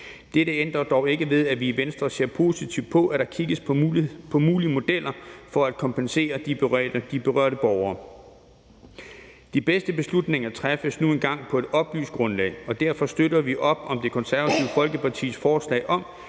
Dette ændrer dog ikke ved, at vi i Venstre ser positivt på, at der kigges på mulige modeller for at kompensere de berørte borgere. De bedste beslutninger træffes nu engang på et oplyst grundlag, og derfor støtter vi op om Det Konservative Folkepartis forslag om,